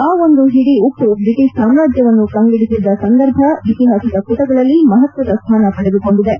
ಆ ಒಂದು ಹಿಡಿ ಉಪ್ಪು ಬ್ರಿಟಿಷ್ ಸಾಮಾಜ್ಯವನ್ನು ಕಂಗೆಡಿಸಿದ್ದ ಸಂದರ್ಭ ಇತಿಹಾಸದ ಪುಟಗಳಲ್ಲಿ ಮಹತ್ವದ ಸ್ವಾನ ಪಡೆದುಕೊಂಡಿವೆ